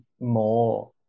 more